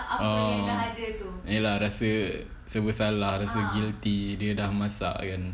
oh ya lah rasa serba salah rasa guilty dia dah masak kan